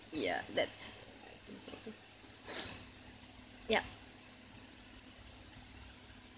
ya that's exactly yup